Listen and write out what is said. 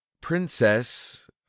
princess